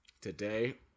Today